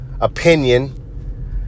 opinion